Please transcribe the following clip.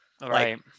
Right